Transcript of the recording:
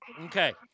Okay